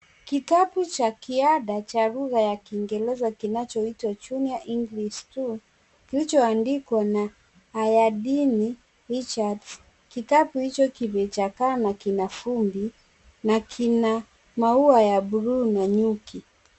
Kitabu cha kiada cha lugha ya kiingereza kinachoitwa Junior English 2 ilichoandikwa na Haydn Richard, kitabu hicho kimechakaa na kinavumbi na kina maua ya buluu na nyuki.